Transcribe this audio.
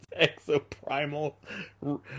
Exoprimal